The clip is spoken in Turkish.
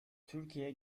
türkiye